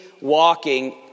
walking